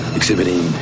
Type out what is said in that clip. exhibiting